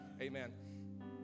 Amen